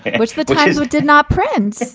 which the did not print,